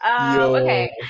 Okay